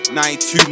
92